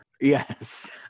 Yes